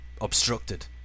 obstructed